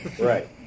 Right